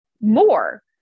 more